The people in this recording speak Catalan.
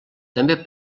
també